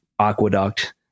aqueduct